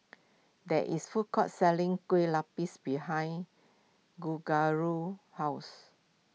there is food court selling Kue Lupis behind house